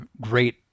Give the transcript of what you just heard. great